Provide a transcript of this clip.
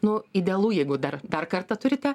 nu idealu jeigu dar dar kartą turite